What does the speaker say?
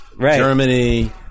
Germany